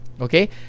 Okay